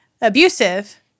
abusive